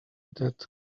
that